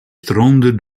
stroomde